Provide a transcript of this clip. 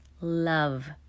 love